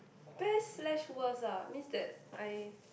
best slash worst ah means that I